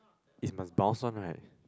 is must bounce one right